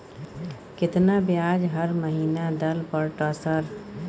केतना ब्याज हर महीना दल पर ट सर?